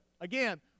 again